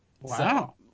Wow